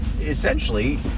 essentially